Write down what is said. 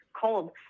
cold